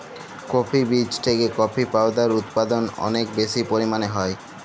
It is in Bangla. কফি বীজ থেকে কফি পাওডার উদপাদল অলেক বেশি পরিমালে হ্যয়